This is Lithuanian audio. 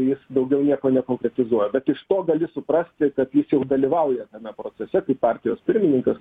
jis daugiau nieko nekonkretizuoja bet iš to gali suprasti kad jis jau dalyvauja tame procese kaip partijos pirmininkas